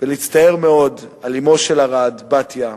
ולהצטער מאוד על אמו של ארד, בתיה,